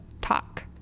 Talk